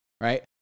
right